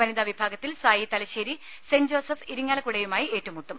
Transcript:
വനിതാവിഭാഗ ത്തിൽ SAI Thalassery saint Joseph ഇരിങ്ങാലക്കുടയുമായി ഏറ്റുമുട്ടും